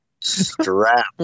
Strap